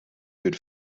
good